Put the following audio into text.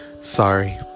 Sorry